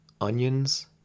onions